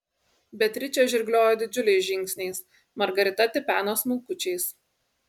beatričė žirgliojo didžiuliais žingsniais margarita tipeno smulkučiais